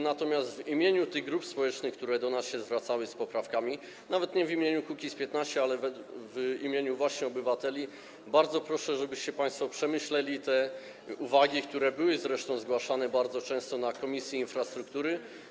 Natomiast w imieniu tych grup społecznych, które zwracały się do nas z poprawkami, nawet nie w imieniu Kukiz’15, ale w imieniu właśnie obywateli, bardzo proszę, żebyście państwo przemyśleli te uwagi, które były zresztą zgłaszane bardzo często na posiedzeniach Komisji Infrastruktury.